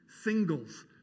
singles